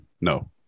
no